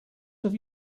have